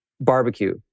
Barbecue